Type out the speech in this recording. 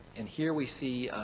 and here we see